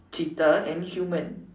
cheetah and human